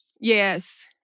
yes